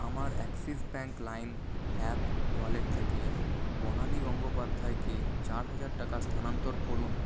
আমার Axis bank lime app wallet থেকে বনানী গঙ্গোপাধ্যায়কে চার হাজার টাকা স্থানান্তর করুন